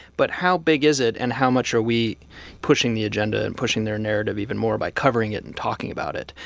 but how big is it, and how much are we pushing the agenda and pushing their narrative even more by covering it and talking about it?